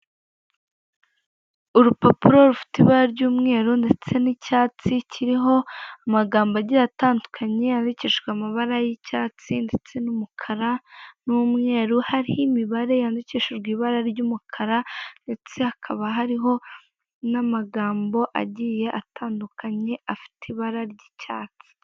Urupapuro rufite ibara ry'umweru ndetse n'icyatsi kiriho amagambo agiye atandukanye yandikishijwe amabara y'icyatsi ndetse n'umukara n'umweru hariho imibare yandikishijwe ibara ry'umukara, ndetse hakaba hariho n'amagambo agiye atandukanye afite ibara ry'icyatsi.